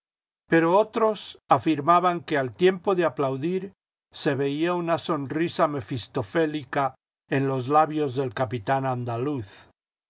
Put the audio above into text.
pero otros afirmaban que al tiempo de aplaudir se veía una sonrisa mefistofélica en los labios del capitán andaluz